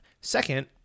Second